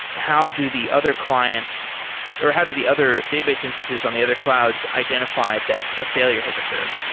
how do the other clients or how do the other database instances on the other clouds identify that a failure has occurred?